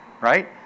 right